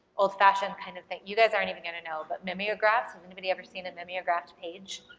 old-fashioned kind of thing, you guys aren't even gonna know, but mimeographs, has anybody ever seen a mimeographed page?